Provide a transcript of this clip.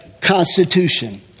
constitution